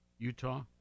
Utah